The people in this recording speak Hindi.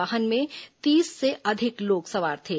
वाहन में तीस से अधिक लोग सवार थे